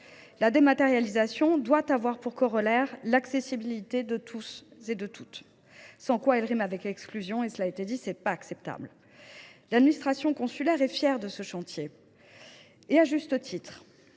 La dématérialisation doit avoir pour corollaire l’accessibilité pour toutes et tous, sans quoi elle rime avec l’exclusion, ce qui n’est pas acceptable. L’administration consulaire est fière de ce chantier, et à juste titre.